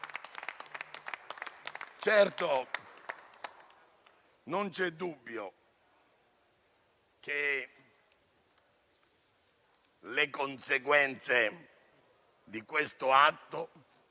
Non vi è dubbio che le conseguenze di questo atto